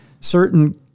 certain